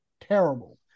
terrible